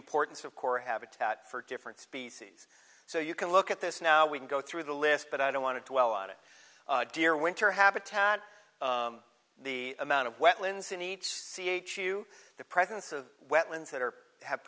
importance of core habitat for different species so you can look at this now we can go through the list but i don't want to dwell on it dear winter habitat the amount of wetlands in each c h you the presence of wetlands that are have